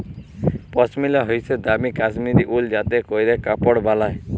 পশমিলা হইসে দামি কাশ্মীরি উল যাতে ক্যরে কাপড় বালায়